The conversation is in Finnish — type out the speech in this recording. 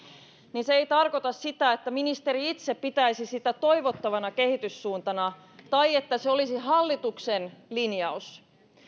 ei tarkoita sitä että ministeri itse pitäisi sitä toivottavana kehityssuuntana tai että se olisi hallituksen linjaus